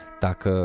tak